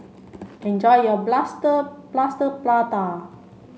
enjoy your Plaster Plaster Prata